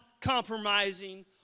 compromising